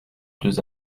deux